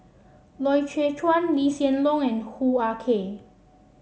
Loy Chye Chuan Lee Hsien Loong and Hoo Ah Kay